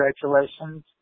Congratulations